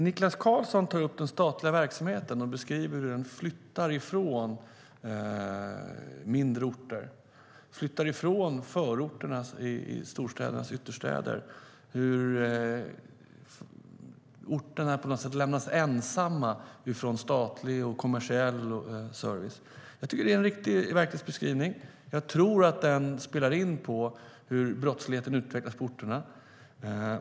Niklas Karlsson tar upp den statliga verksamheten och beskriver hur den flyttar från mindre orter och från förorterna och storstädernas ytterstäder och hur orterna på något sätt lämnas ensamma i fråga om statlig och kommersiell service. Jag tycker att det är en riktig verklighetsbeskrivning och tror att den spelar in i hur brottsligheten utvecklas på orterna.